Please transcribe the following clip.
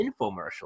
infomercial